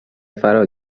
فرا